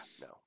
no